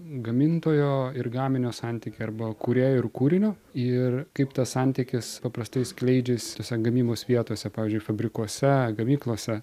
gamintojo ir gaminio santykį arba kūrėjo ir kūrinio ir kaip tas santykis paprastai skleidžias tose gamybos vietose pavyzdžiui fabrikuose gamyklose